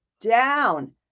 down